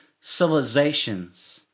civilizations